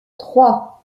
trois